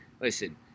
Listen